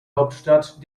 hauptstadt